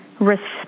respect